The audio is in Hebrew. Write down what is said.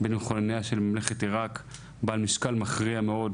בממלכת עירק, בעל משקל מכריע מאוד